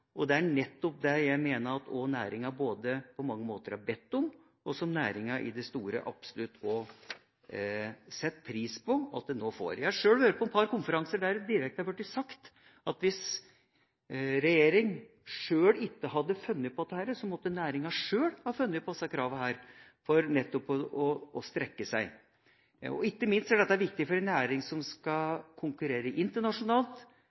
og det er nettopp det jeg mener at næringa på mange måter har bedt om, og som næringa i det store og hele setter pris på at den nå får. Jeg har sjøl vært på et par konferanser der det direkte har blitt sagt at hvis regjeringa ikke hadde funnet på disse kravene, så måtte næringa sjøl ha funnet på dem for nettopp å strekke seg. Ikke minst er dette viktig for ei næring som skal konkurrere internasjonalt,